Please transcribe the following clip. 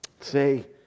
say